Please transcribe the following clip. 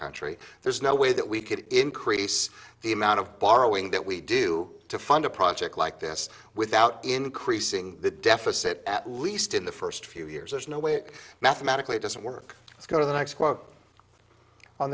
country there's no way that we could increase the amount of borrowing that we do to fund a project like this without increasing the deficit at least in the first few years there's no way it mathematically doesn't work let's go to the next quote on